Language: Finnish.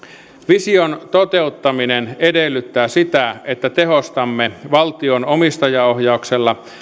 vision toteuttaminen edellyttää sitä että tehostamme valtion omistajaohjauksella